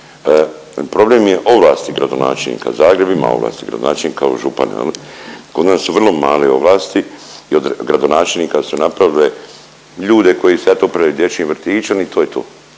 Problem je ovlasti gradonačelnika, Zagreb ima ovlasti gradonačelnika kao župan, je li, kod nas su vrlo male ovlasti i od gradonačelnika su napravile ljude koji se eto .../Govornik se ne